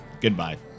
Goodbye